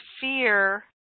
fear